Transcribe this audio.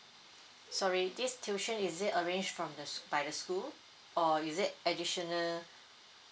sorry this tuition is it arranged from the sch~ by the school or is it additional